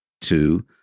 Two